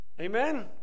Amen